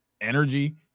energy